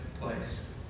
place